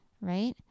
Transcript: Right